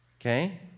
okay